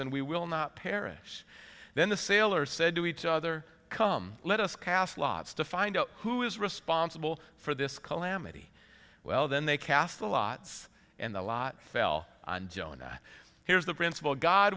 and we will not perish then the sailor said to each other come let us cast lots to find out who is responsible for this calamity well then they cast the lots and the lot fell on jonah here's the principle god